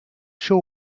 sure